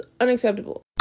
unacceptable